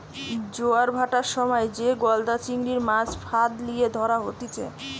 জোয়ার ভাঁটার সময় যে গলদা চিংড়ির, মাছ ফাঁদ লিয়ে ধরা হতিছে